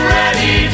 ready